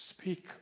Speak